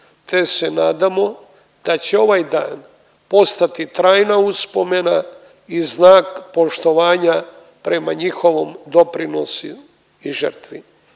te se nadamo da će ovaj dan postati trajna uspomena i znak poštovanja prema njihovom doprinosu i žrtvi.